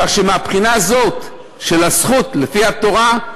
כך שמהבחינה הזאת של הזכות לפי התורה,